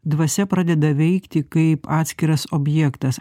dvasia pradeda veikti kaip atskiras objektas